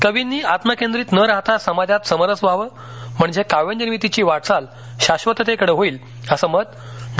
कवींनी आत्मकेंद्रित न राहता समाजात समरस व्हावं म्हणजे काव्यनिर्मितीची वाटचाल शाश्वततेकडं होईल असं मत डॉ